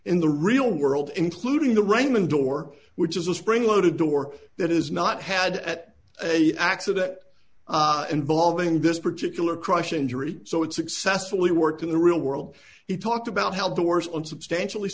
in the real world including the rainman door which is a spring loaded door that is not had at a accident involving this particular crush injury so it successfully worked in the real world he talked about how the worst one substantially